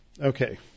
Okay